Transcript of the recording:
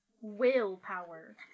willpower